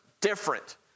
different